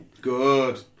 Good